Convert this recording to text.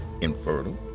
infertile